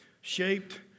shaped